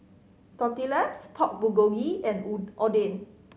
Tortillas Pork Bulgogi and Oden